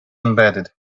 embedded